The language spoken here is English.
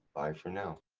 bye for now!